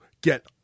get